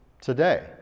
today